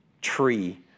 tree